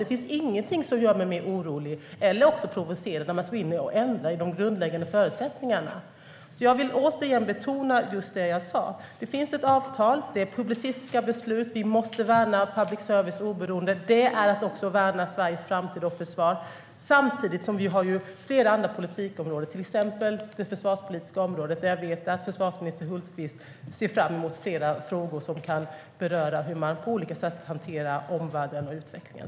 Det finns ingenting som gör mig mer orolig eller provocerad än att man ska gå in och ändra i de grundläggande förutsättningarna. Jag vill därför återigen betona det jag sa, nämligen att det finns ett avtal. Det är publicistiska beslut, och vi måste värna public services oberoende. Det är att också värna Sveriges framtid och försvar. Samtidigt har vi flera andra politikområden, till exempel det försvarspolitiska området, där jag vet att försvarsminister Hultqvist ser fram emot flera frågor som kan beröra hur man på olika sätt hanterar omvärlden och utvecklingen.